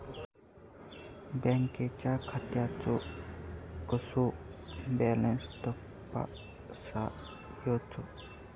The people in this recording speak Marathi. बँकेच्या खात्याचो कसो बॅलन्स तपासायचो?